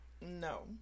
No